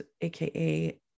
aka